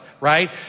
Right